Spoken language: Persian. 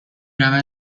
رود